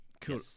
cool